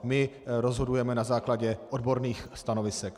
My rozhodujeme na základě odborných stanovisek.